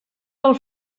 del